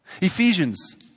Ephesians